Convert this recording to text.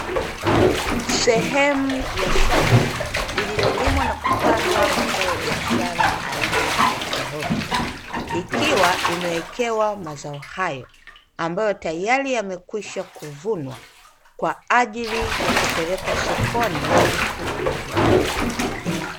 Sehemu ya shamba lililolimwa na kupandwa zao la biashara aina ya karoti, ikiwa imewekewa mazao hayo ambayo tayari yamekwisha kuvunwa kwaajili ya kupelekwa sokoni kuuzwa.